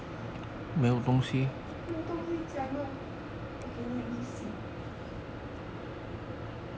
没有东西讲了 okay let me see